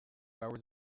hours